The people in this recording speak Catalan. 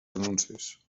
anuncis